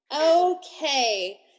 Okay